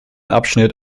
abschnitt